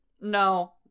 No